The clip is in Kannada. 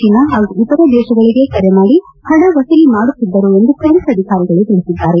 ಚೀನಾ ಹಾಗೂ ಇತರೆ ದೇಶಗಳಿಗೆ ಕರೆ ಮಾಡಿ ಹಣ ವಸೂಲಿ ಮಾಡುತ್ತಿದ್ದರು ಎಂದು ಪೊಲೀಸ್ ಅಧಿಕಾರಿಗಳು ತಿಳಿಸಿದ್ದಾರೆ